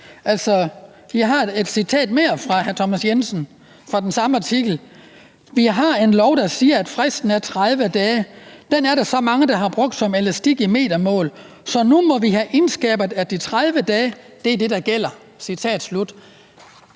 gang. Jeg har et citat mere fra hr. Thomas Jensen fra den samme artikel: Vi har en lov, der siger, at fristen er 30 dage. Den er der så mange, der har brugt som elastik i metermål, så nu må vi have indskærpet, at de 30 dage er det, der gælder. Citat slut.